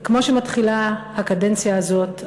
וכמו שמתחילה הקדנציה הזאת,